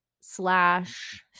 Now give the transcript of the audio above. slash